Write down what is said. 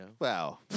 wow